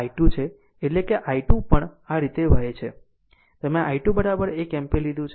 આ i2 છે એટલે કે i2 પણ આ રીતે વહે છે તમે i2 1 એમ્પીયર લીધું છે